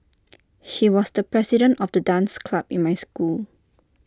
he was the president of the dance club in my school